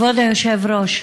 כבוד היושב-ראש,